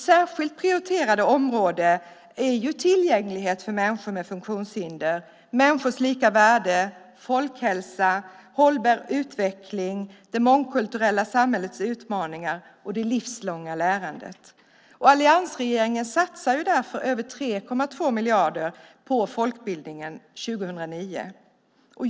Särskilt prioriterade områden är tillgänglighet för människor med funktionshinder, människors lika värde, folkhälsa, hållbar utveckling, det mångkulturella samhällets utmaningar och det livslånga lärandet. Alliansregeringen satsar därför över 3,2 miljarder kronor på folkbildningen 2009.